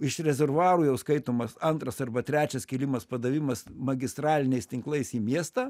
iš rezervuarų jau skaitomas antras arba trečias kėlimas padavimas magistraliniais tinklais į miestą